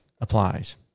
applies